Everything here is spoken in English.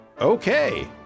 Okay